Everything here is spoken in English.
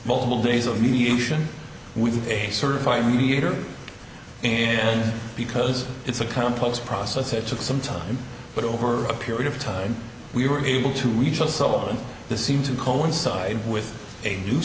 multiple days of mediation we've a certified mediator and because it's a complex process it took some time but over a period of time we were able to reach us on this seemed to coincide with a new